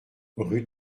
rue